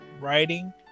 writing